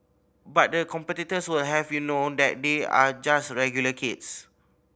but the competitors will have you know that they are just regular kids